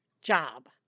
job